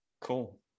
cool